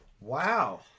Wow